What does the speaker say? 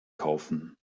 kaufen